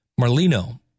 Marlino